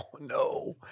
no